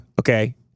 Okay